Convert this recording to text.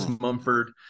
Mumford